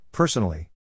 Personally